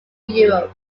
europe